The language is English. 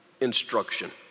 instruction